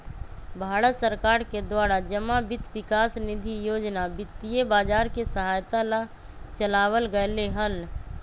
भारत सरकार के द्वारा जमा वित्त विकास निधि योजना वित्तीय बाजार के सहायता ला चलावल गयले हल